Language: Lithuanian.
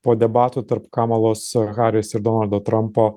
po debatų tarp kamalos haris ir donaldo trampo